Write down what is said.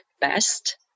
best